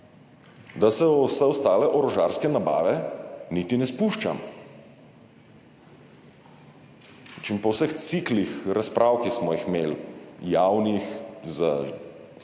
da se v vse ostale orožarske nabave niti ne spuščam. In po vseh ciklih razprav, ki smo jih imeli, javnih,